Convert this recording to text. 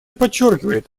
подчеркивает